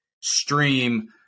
stream